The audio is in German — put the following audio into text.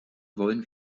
wollen